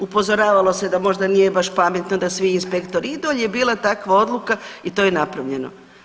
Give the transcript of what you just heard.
Upozoravalo se da nije možda baš pametno da svi inspektori idu, ali je bila takva odluka i to je napravljeno.